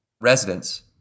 residents